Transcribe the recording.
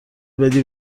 بدی